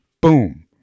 boom